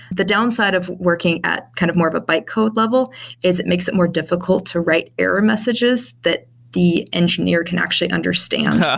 the downside of working at kind of more of a byte code level is it makes it more difficult to write error message that the engineer can actually understand. ah